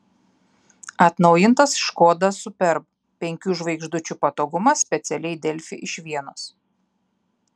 atnaujintas škoda superb penkių žvaigždučių patogumas specialiai delfi iš vienos